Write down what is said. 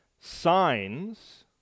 signs